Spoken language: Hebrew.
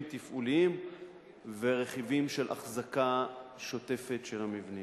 תפעוליים ורכיבים של אחזקה שוטפת של המבנים.